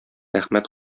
рәхмәт